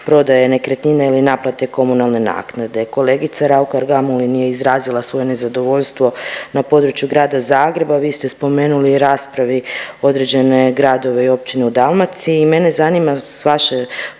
prodaje nekretnine ili naplate komunalne naplate. Kolegica Raukar Gamulin je izrazila svoje nezadovoljstvo na području Grada Zagreba, vi ste spomenuli u raspravi određene gradove i općine u Dalmaciji.